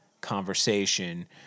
conversation